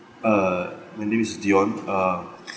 uh the name is deon uh